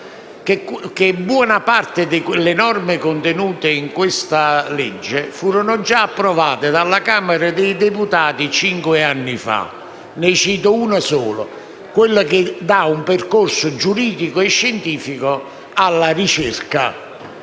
buona parte delle norme in esso contenute furono già approvate dalla Camera dei deputati cinque anni fa. Ne cito una sola, quella che assegna un percorso giuridico e scientifico alla ricerca.